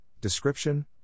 Description